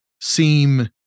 seem